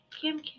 Kim